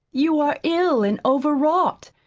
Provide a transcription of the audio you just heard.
you are ill and overwrought,